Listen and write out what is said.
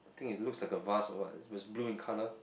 I think it looks like a vase or what it was blue in colour